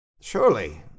Surely